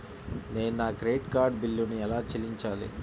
నేను నా credit card బిల్లును ఎలా చెల్లించాలీ?